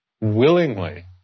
willingly